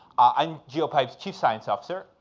i'm geopipe's chief science officer,